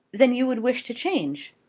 then you would wish to change?